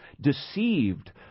deceived